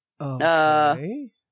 Okay